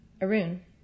Arun